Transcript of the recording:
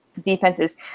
defenses